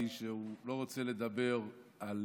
שהוא לא רוצה לדבר על